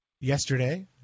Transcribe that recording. yesterday